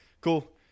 cool